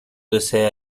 desea